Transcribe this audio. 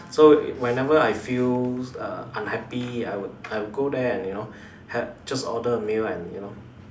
so whenever I feel uh unhappy I would I would go there and you know ha~ just order a meal and you know